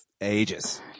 Ages